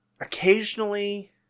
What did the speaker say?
occasionally